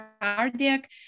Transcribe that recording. cardiac